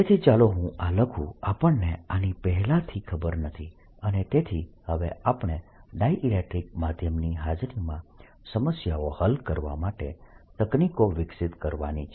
તેથી ચાલો હું આ લખું આપણને આની પહેલાથી ખબર નથી અને તેથી હવે આપણે ડાઇલેક્ટ્રીક માધ્યમની હાજરીમાં સમસ્યાઓ હલ કરવા માટે તકનીકો વિકસિત કરવાની છે